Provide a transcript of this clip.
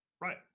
right